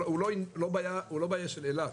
הוא לא בעיה של אילת.